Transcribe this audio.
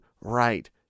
right